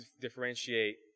differentiate